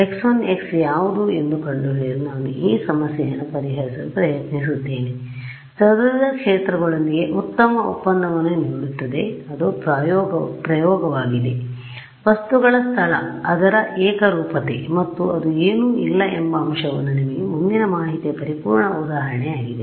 ಆದ್ದರಿಂದ x1 x ಯಾವುದು ಎಂದು ಕಂಡುಹಿಡಿಯಲು ನಾನು ಈ ಸಮಸ್ಯೆಯನ್ನು ಪರಿಹರಿಸಲು ಪ್ರಯತ್ನಿಸುತ್ತೇನೆ ಅದು ಚದುರಿದ ಕ್ಷೇತ್ರಗಳೊಂದಿಗೆ ಉತ್ತಮ ಒಪ್ಪಂದವನ್ನು ನೀಡುತ್ತದೆ ಅದು ಪ್ರಯೋಗವಾಗಿದೆ ಆದ್ದರಿಂದ ವಸ್ತುಗಳ ಸ್ಥಳ ಅದರ ಏಕರೂಪತೆ ಮತ್ತು ಅದು ಏನೂ ಇಲ್ಲ ಎಂಬ ಅಂಶವನ್ನು ನಿಮಗೆ ಮುಂದಿನ ಮಾಹಿತಿಯ ಪರಿಪೂರ್ಣ ಉದಾಹರಣೆಯಾಗಿದೆ